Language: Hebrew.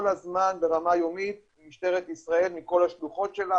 הזמן ברמה היומית עם משטרת ישראל מכל השלוחות שלה,